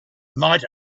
might